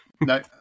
No